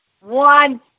one